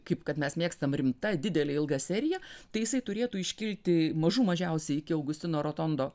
kaip kad mes mėgstam rimta didelė ilga serija tai jisai turėtų iškilti mažų mažiausiai iki augustino rotondo